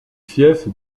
fiefs